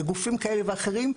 לגופים כאלה ואחרים,